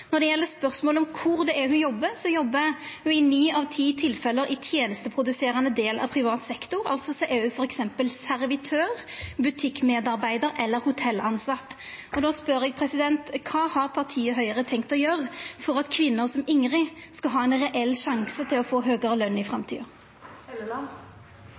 Når det gjeld spørsmålet om kvar ho jobbar, jobbar ho i ni av ti tilfelle i tenesteproduserande del av privat sektor, altså er ho f.eks. servitør, butikkmedarbeidar eller hotelltilsett. Då spør eg: Kva har partiet Høgre tenkt å gjera for at kvinner som Ingrid skal ha ein reell sjanse til å få høgare løn i